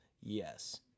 yes